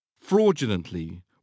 fraudulently